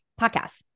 podcasts